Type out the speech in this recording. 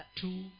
two